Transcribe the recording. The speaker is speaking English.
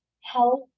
health